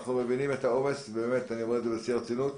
אנחנו מבינים את העומס ואני רואה את זה בשיא הרצינות.